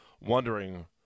wondering